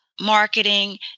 marketing